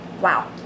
wow